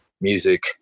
music